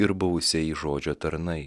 ir buvusieji žodžio tarnai